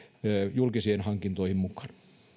julkisiin hankintoihin mukaan